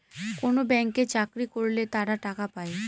কোনো ব্যাঙ্কে চাকরি করলে তারা টাকা পায়